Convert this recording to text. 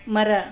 ಮರ